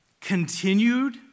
continued